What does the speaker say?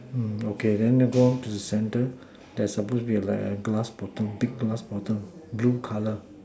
mm okay then then go on to the center there's suppose to be like a glass bottle big glass bottle blue colour